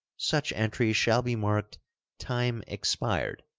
such entry shall be marked time expired,